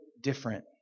different